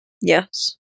Yes